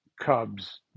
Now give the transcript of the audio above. Cubs